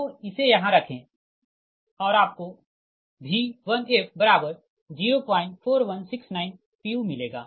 तो इसे यहाँ रखें और आपको V1f04169 pu मिलेगा